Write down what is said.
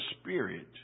Spirit